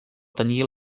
tenia